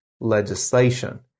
legislation